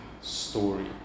story